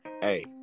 Hey